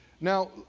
Now